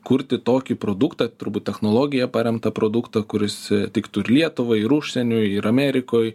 kurti tokį produktą turbūt technologija paremtą produktą kuris tiktų ir lietuvai ir užsieniui ir amerikoj